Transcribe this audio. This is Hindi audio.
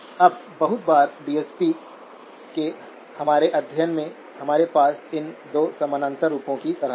अब बहुत बार डीएसपी के हमारे अध्ययन में हमारे पास इन 2 समानांतर रूपों की तरह है